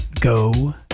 Go